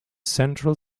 central